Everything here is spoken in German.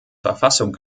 verfassung